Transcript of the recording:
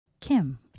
Kim